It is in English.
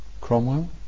Cromwell